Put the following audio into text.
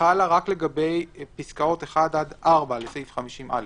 חלה רק על פסקאות (1) עד (4) לסעיף 50א,